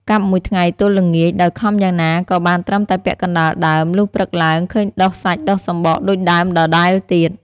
កាប់មួយថ្ងៃទល់ល្ងាច ដោយខំយ៉ាងណាក៏បានត្រឹមតែពាក់កណ្តាលដើម លុះព្រឹកឡើងឃើញដុះសាច់ដុះសំបកដូចដើមដដែលទៀត ។